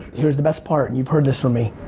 here's the best part and you've heard this from me,